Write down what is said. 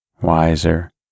wiser